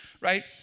right